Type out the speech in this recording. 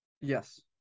yes